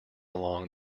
along